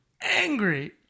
Angry